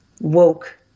woke